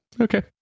okay